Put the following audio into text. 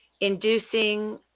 Inducing